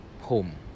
home